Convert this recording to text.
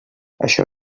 això